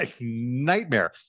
nightmare